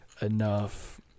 enough